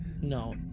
No